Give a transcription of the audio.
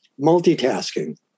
multitasking